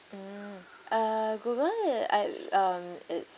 mm uh Google it I um it's